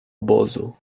obozu